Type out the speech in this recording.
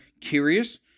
curious